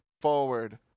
forward